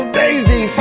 daisy